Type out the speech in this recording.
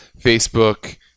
facebook